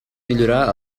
millorar